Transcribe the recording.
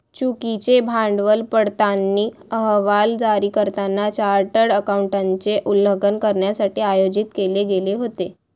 चुकीचे भांडवल पडताळणी अहवाल जारी करताना चार्टर्ड अकाउंटंटचे उल्लंघन करण्यासाठी आयोजित केले गेले होते